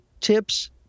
Tips